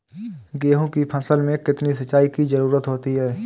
गेहूँ की फसल में कितनी सिंचाई की जरूरत होती है?